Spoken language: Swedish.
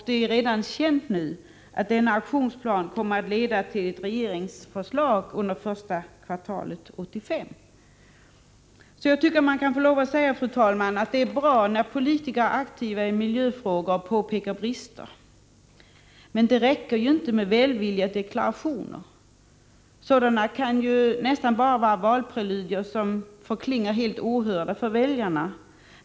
Det är redan känt att denna aktionsplan kommer att leda till ett regeringsförslag under första kvartalet 1985. Jag tycker att det är bra, fru talman, när politiker är aktiva i miljöfrågor och påpekar brister. Men det räcker ju inte med välvilliga deklarationer. Sådana kan vara valpreludier som förklingar ohörda för väljarna.